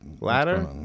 Ladder